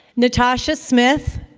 natasha smith,